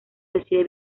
decide